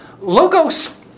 logos